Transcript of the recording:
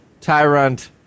Tyrant